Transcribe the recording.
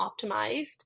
optimized